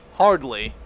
hardly